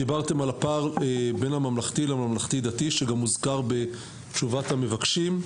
דיברתם על הפער בין הממלכתי לממלכתי דתי שגם הוזכר בתשובת המבקשים.